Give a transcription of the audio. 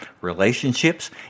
relationships